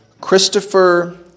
Christopher